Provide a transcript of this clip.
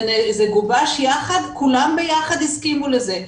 זה גובש יחד כולם ביחד הסכימו לזה.